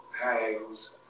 hangs